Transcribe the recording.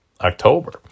October